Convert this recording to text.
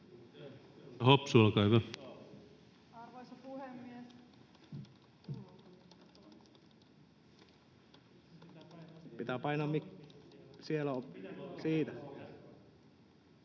Hopsu, olkaa hyvä. Arvoisa puhemies! Kiitoksia